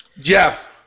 Jeff